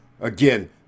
again